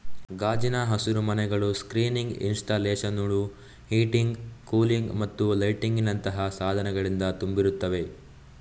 ಗಾಜಿನ ಹಸಿರುಮನೆಗಳು ಸ್ಕ್ರೀನಿಂಗ್ ಇನ್ಸ್ಟಾಲೇಶನುಳು, ಹೀಟಿಂಗ್, ಕೂಲಿಂಗ್ ಮತ್ತು ಲೈಟಿಂಗಿನಂತಹ ಸಾಧನಗಳಿಂದ ತುಂಬಿರುತ್ತವೆ